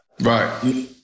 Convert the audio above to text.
Right